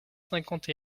cinquante